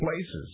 places